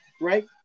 right